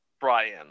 Brian